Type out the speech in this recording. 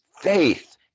faith